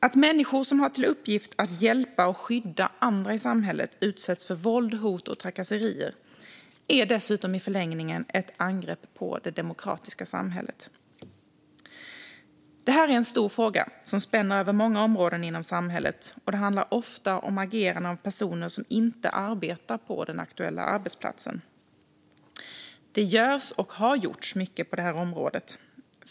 Att människor som har till uppgift att hjälpa och skydda andra i samhället utsätts för våld, hot och trakasserier är dessutom i förlängningen ett angrepp på det demokratiska samhället. Det här är en stor fråga som spänner över många områden inom samhället, och det handlar ofta om ageranden av personer som inte arbetar på den aktuella arbetsplatsen. Det görs, och har gjorts, mycket på det här området.